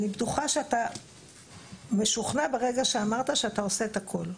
אני בטוחה שאתה משוכנע ברגע שאמרת שאתה עושה את הכל,